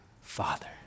father